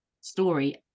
story